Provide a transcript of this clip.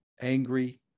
angry